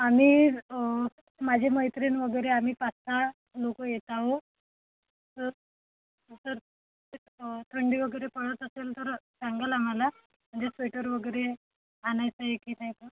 आम्ही माझे मैत्रीण वगैरे आम्ही पाचसहा लोक येत आहोत तर जर थंडी वगैरे पडत असेल तर सांगाल आम्हाला म्हणजे स्वेटर वगैरे आणायचं आहे की नाही तर